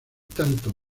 tanto